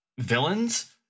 villains